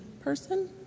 person